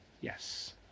Yes